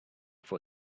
for